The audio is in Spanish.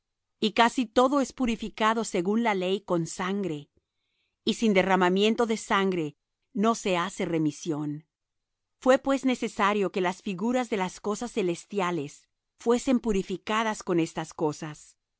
y casi todo es purificado según la ley con sangre y sin derramamiento de sangre no se hace remisión fué pues necesario que las figuras de las cosas celestiales fuesen purificadas con estas cosas